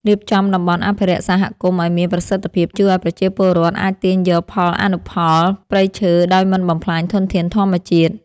រៀបចំតំបន់អភិរក្សសហគមន៍ឱ្យមានប្រសិទ្ធភាពជួយឱ្យប្រជាពលរដ្ឋអាចទាញយកផលអនុផលព្រៃឈើដោយមិនបំផ្លាញធនធានធម្មជាតិ។